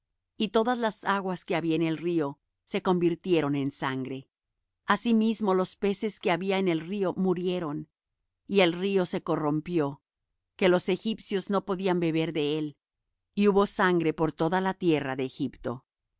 y todas las aguas que había en el río se convirtieron en sangre asimismo los peces que había en el río murieron y el río se corrompió que los egipcios no podían beber de él y hubo sangre por toda la tierra de egipto